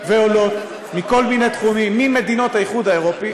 ועולות מכל מיני תחומים ממדינות האיחוד האירופי,